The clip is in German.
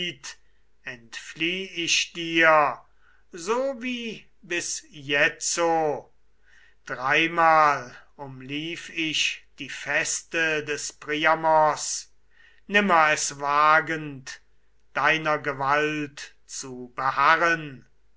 entflieh ich dir so wie bis jetzo dreimal umlief ich die feste des priamos nimmer es wagend deiner gewalt zu beharren